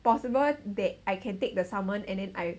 possible that I can take the salmon and then I